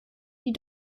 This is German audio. die